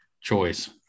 choice